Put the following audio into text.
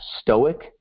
stoic